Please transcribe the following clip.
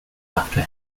after